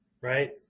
right